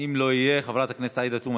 אם לא יהיה, חברת הכנסת עאידה תומא